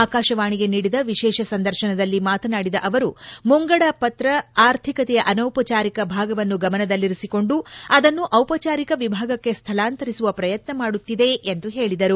ಆಕಾಶವಾಣಿಗೆ ನೀಡಿದ ವಿಶೇಷ ಸಂದರ್ಶನದಲ್ಲಿ ಮಾತನಾಡಿದ ಅವರು ಮುಂಗಡ ಪತ್ರ ಅರ್ಥಿಕತೆಯ ಅನೌಪಚಾರಿಕ ಭಾಗವನ್ನು ಗಮನದಲ್ಲಿರಿಸಿಕೊಂಡು ಅದನ್ನು ದಿಪಚಾರಿಕ ವಿಭಾಗಕ್ಕೆ ಸ್ಥಳಾಂತರಿಸುವ ಪ್ರಯತ್ನ ಮಾಡುತ್ತಿದೆ ಎಂದು ಹೇಳಿದರು